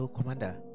Commander